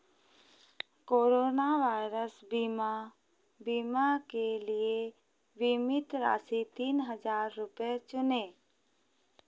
corona virus बीमा बीमा के लिए बीमित राशि तीन हज़ार रुपये चुनें